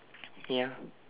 ya